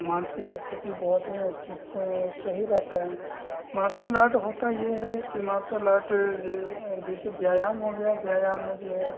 मानसिक स्थिति बहुत ही स्थित सही रहती है मार्सल आर्ट होता यह है कि मार्सल आर्ट जो जैसे व्यायाम हो गया व्यायाम में जो है